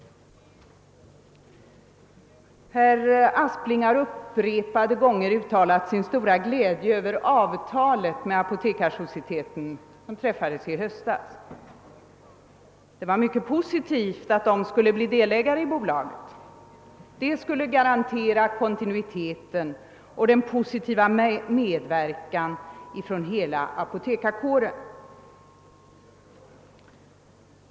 Herr Aspling har upprepade gånger uttalat sin stora glädje över det avtal som i höstas träffades med Apotekarsocieteten. Det vore mycket positivt att den skulle bli delägare i bolaget; det skulle garantera kontinui teten och en positiv medverkan av hela apotekarkåren.